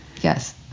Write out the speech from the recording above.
Yes